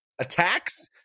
attacks